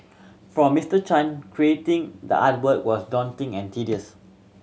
for Mister Chan creating the artwork was daunting and tedious